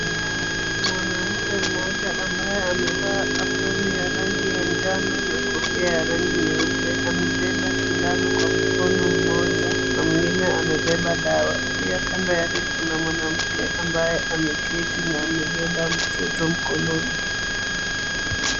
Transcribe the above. Mwanamke mmoja ambaye amevaa aproni ya rangi ya njano na kofia ya rangi nyeupe amebeba sindano kwa mkono mmoja na mwingine amebeba dawa. Pia kando yake kuna mwanamke ambaye ameketi na amebeba mtoto mkononi.